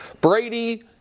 Brady